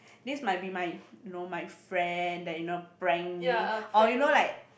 this might be my you know my friend that you know prank me or you know like